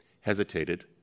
hesitated